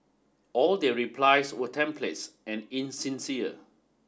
all their replies were templates and insincere